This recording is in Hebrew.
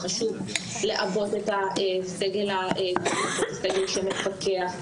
חשוב לעבות את הסגל שמפקח,